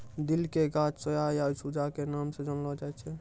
दिल के गाछ सोया या सूजा के नाम स जानलो जाय छै